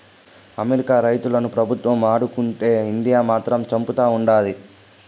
America రైతులను ప్రభుత్వం ఆదుకుంటే ఇండియా మాత్రం చంపుతా ఉండాది